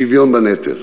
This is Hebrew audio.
שוויון בנטל.